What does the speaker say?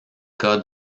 cas